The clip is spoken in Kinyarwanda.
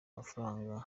amafaranga